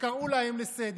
שקראו אותם לסדר.